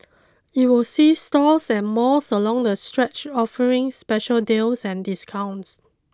it will see stores and malls along the stretch offering special deals and discounts